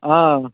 आ